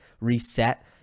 reset